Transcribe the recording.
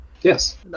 Yes